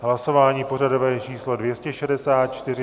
Hlasování pořadové číslo 264.